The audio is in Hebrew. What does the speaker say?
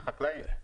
החקלאים.